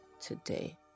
today